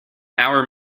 our